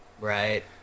Right